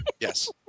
Yes